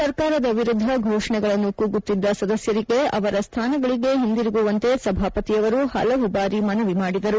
ಸರ್ಕಾರದ ವಿರುದ್ದ ಘೋಷಣೆಗಳನ್ನು ಕೂಗುತ್ತಿದ್ದ ಸದಸ್ಯರಿಗೆ ಅವರ ಸ್ಥಾನಗಳಿಗೆ ಹಿಂದಿರುಗುವಂತೆ ಸಭಾಪತಿಯವರು ಹಲವು ಬಾರಿ ಮನವಿ ಮಾಡಿದರು